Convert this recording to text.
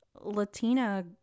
Latina